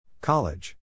College